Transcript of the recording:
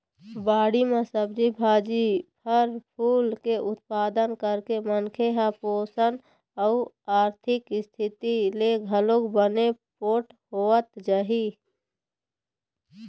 बाड़ी म सब्जी भाजी, फर फूल के उत्पादन करके मनखे ह पोसन अउ आरथिक इस्थिति ले घलोक बने पोठ होवत जाही